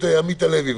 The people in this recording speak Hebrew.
עמית הלוי.